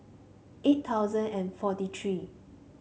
eight thousand and forty three